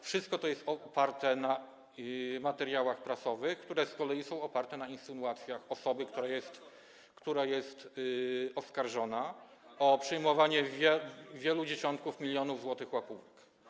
Wszystko to jest oparte na materiałach prasowych, które z kolei są oparte na insynuacjach osoby, która jest oskarżona o przyjmowanie wielu dziesiątków milionów złotych łapówek.